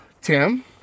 Tim